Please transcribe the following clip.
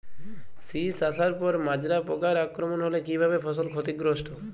শীষ আসার পর মাজরা পোকার আক্রমণ হলে কী ভাবে ফসল ক্ষতিগ্রস্ত?